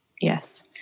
Yes